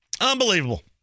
Unbelievable